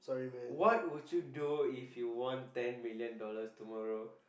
what would you do if you won ten million dollars tomorrow